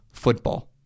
football